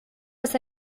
dass